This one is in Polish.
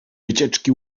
wycieczki